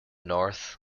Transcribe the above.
north